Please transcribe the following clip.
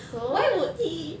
why would he